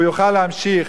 הוא יוכל להמשיך,